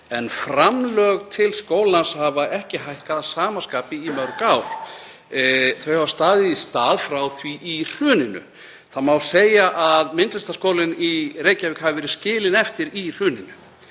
En framlög til skólans hafa ekki hækkað að sama skapi í mörg ár. Þau hafa staðið í stað frá því í hruninu. Það má segja að Myndlistaskólinn í Reykjavík hafi verið skilinn eftir í hruninu